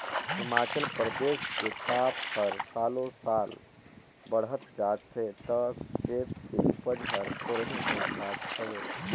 हिमाचल परदेस के ताप हर सालो साल बड़हत जात हे त सेब के उपज हर थोंरेह होत जात हवे